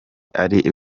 ari